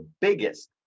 biggest